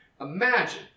Imagine